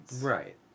Right